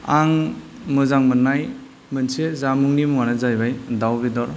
आं मोजांमोननाय मोनसे जामुंनि मुङानो जाहैबाय दाउ बेदर